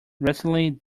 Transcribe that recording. recently